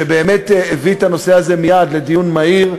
שבאמת הביא את הנושא הזה מייד לדיון מהיר,